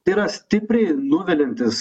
tai yra stipriai nuviliantis